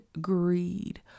greed